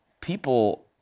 people